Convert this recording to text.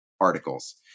articles